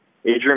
Adrian